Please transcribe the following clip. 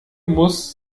muss